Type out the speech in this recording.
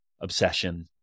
obsession